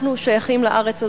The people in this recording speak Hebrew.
אנחנו שייכים לארץ הזאת,